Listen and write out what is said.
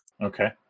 Okay